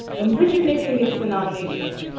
when richard nixon gets the nomination,